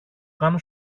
κάνω